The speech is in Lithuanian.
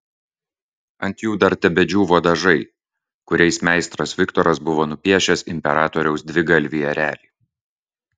ant jų dar tebedžiūvo dažai kuriais meistras viktoras buvo nupiešęs imperatoriaus dvigalvį erelį